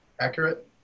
accurate